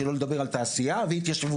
שלא לדבר על תעשייה והתיישבות.